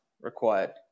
required